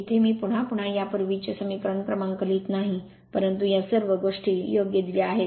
येथे मी पुन्हा पुन्हा या पूर्वीचे समीकरण क्रमांक लिहित नाही परंतु या सर्व गोष्टी योग्य दिल्या आहेत